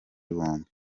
bombi